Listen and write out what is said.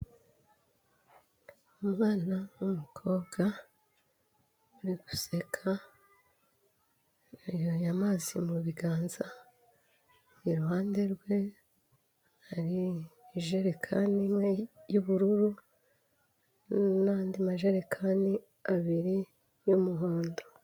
Umwana w'umukobwa uri guseka yayoye amazi mu biganza iruhande rwe hari ijerekani imwe y'ubururu n'andi majerekani abiri y'umuhondo.